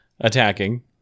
attacking